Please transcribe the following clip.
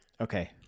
Okay